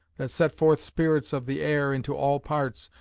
that sent forth spirits of the air into all parts,